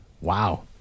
wow